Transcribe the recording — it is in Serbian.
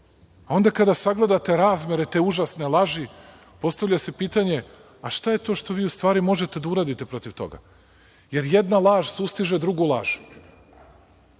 Užasno. Onda kada sagledate razmere te užasne laži, postavlja se pitanje – šta je to u stvari što vi možete da uradite protiv toga jer jedna laž sustiže drugu laž